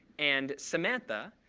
and samantha,